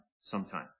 sometime